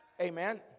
Amen